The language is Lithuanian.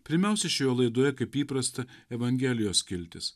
pirmiausia šioje laidoje kaip įprasta evangelijos skiltis